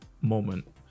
moment